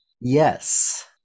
Yes